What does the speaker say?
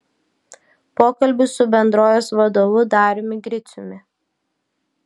pokalbis su bendrovės vadovu dariumi griciumi